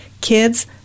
kids